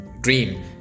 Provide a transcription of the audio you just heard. dream